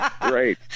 Great